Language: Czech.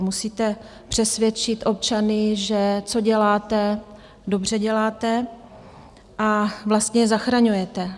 Musíte přesvědčit občany, že to, co děláte, dobře děláte a vlastně je zachraňujete.